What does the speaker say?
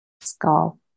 skull